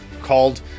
called